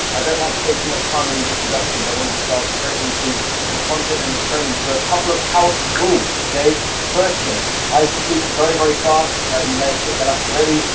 i don't like to take too much time with these introductions i want to disguise straight into the content and the training so a couple of house groups, okay first thing i speak very very fast you may have picked that up already.